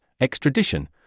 extradition